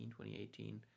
2018